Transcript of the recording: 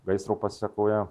gaisro pasekoje